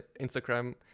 Instagram